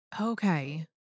Okay